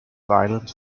violent